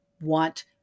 want